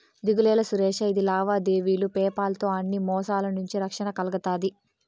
దిగులేలా సురేషా, ఇది లావాదేవీలు పేపాల్ తో అన్ని మోసాల నుంచి రక్షణ కల్గతాది